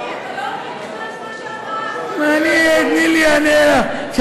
אדוני, אתה לא עונה בכלל על מה שאמרה, תני לי.